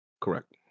Correct